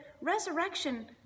resurrection